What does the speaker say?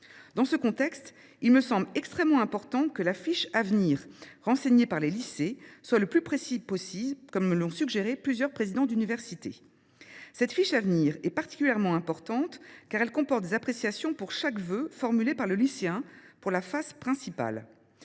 Dans ce contexte, il me semble extrêmement important que la fiche Avenir renseignée par les lycées soit la plus précise possible – plusieurs présidents d’université m’ont invitée à plaider en ce sens. Celle ci est particulièrement importante, car elle comporte des appréciations pour chaque vœu formulé par le lycéen pour la phase principale.